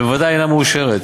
ובוודאי אינה מאושרת.